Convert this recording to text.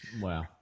Wow